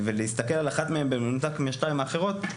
להסתכל על אחת מהן במנותק מהשתיים האחרות,